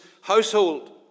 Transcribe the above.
household